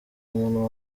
umuntu